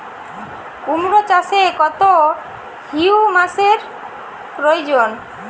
কুড়মো চাষে কত হিউমাসের প্রয়োজন?